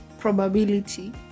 probability